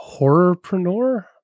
horrorpreneur